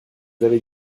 avait